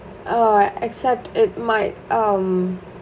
uh except it might um